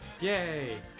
Yay